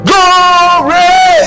Glory